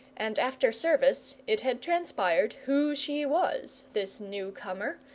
and after service it had transpired who she was, this new-comer,